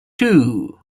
two